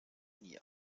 nie